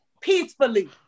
Peacefully